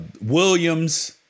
Williams